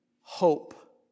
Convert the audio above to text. hope